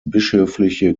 bischöfliche